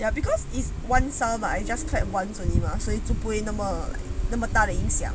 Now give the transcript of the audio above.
ya because is [one] sound but I just clap once only mah 所以就不会那么那么大的影响